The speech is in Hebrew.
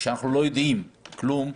כשאנחנו לא יודעים כלום,